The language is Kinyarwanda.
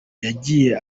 yagiye